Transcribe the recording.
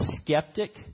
skeptic